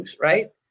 right